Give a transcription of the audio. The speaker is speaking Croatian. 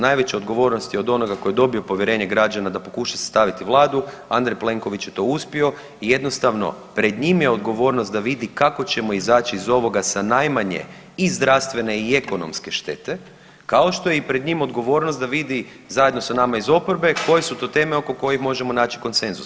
Najveća odgovornost je od onoga ko je dobio povjerenje građana da pokuša sastaviti vladu Andrej Plenković je to uspio i jednostavno pred njim je odgovornost da vidi kako ćemo izaći iz ovoga sa najmanje i zdravstvene i ekonomske štete kao što je pred njim odgovornost da vidi zajedno da nama iz oporbe koje su to teme oko kojih možemo naći konsenzus.